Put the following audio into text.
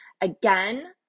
Again